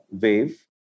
wave